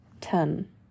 Ten